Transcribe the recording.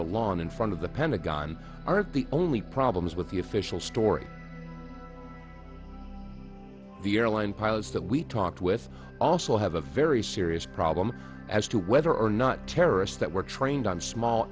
lawn in front of the pentagon aren't the only problems with the official story the airline pilots that we talked with also have a very serious problem as to whether or not terrorists that were trained on small